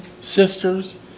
sisters